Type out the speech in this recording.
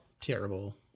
terrible